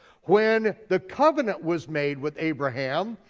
when the covenant was made with abraham,